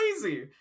crazy